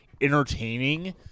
entertaining